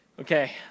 Okay